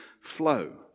flow